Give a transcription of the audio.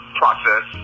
process